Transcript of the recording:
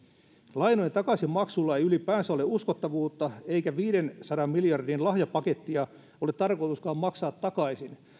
lainojen takaisinmaksulla ei ylipäänsä ole uskottavuutta eikä viidensadan miljardin lahjapakettia ole tarkoituskaan maksaa takaisin